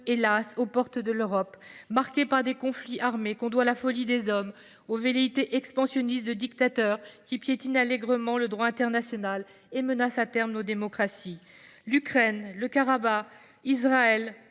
hélas ! aux portes de l’Europe. Ces conflits armés procèdent de la folie des hommes, des velléités expansionnistes de dictateurs qui piétinent allègrement le droit international et menacent à terme nos démocraties. L’Ukraine, le Haut-Karabagh, Israël